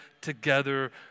together